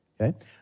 Okay